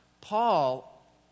Paul